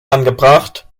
angebracht